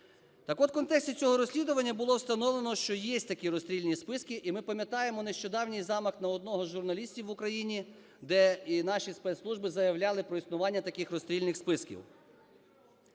Так от, в контексті цього розслідування було встановлено, що є такі розстрільні списки, і ми пам'ятаємо нещодавній замах на одного із журналістів в Україні, де і наші спецслужби заявляли про існування таких розстрільних списків.